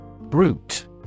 BRUTE